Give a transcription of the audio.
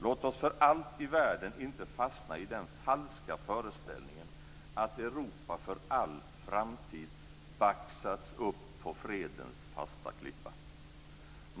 Låt oss för allt i världen inte fastna i den falska föreställningen att Europa för all framtid baxats upp på fredens fasta klippa.